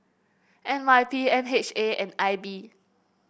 N Y P M H A and I B